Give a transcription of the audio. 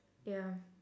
ya